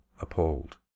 appalled